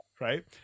right